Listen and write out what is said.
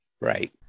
Right